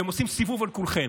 והם עושים סיבוב על כולכם.